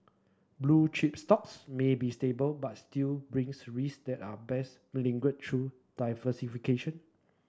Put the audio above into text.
blue chip stocks may be stable but still brings risks that are best mitigated through diversification